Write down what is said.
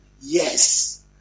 Yes